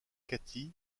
katie